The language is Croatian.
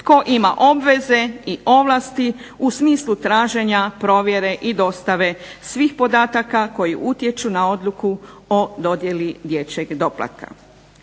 tko ima obveze i ovlasti u smislu traženja provjere i dostave svih podataka koji utječu na odluku o dodjeli dječjeg doplatka.